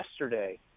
yesterday